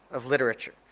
of literature.